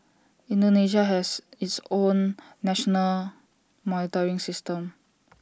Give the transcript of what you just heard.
Indonesia has its own national monitoring system